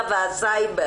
והטכנולוגיה